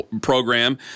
program